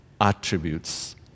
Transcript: attributes